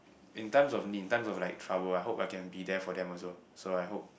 in times of need in times of like trouble I hope I can be there for them also so I hope